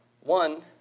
One